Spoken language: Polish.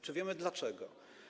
Czy wiemy, dlaczego?